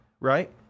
right